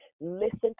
Listen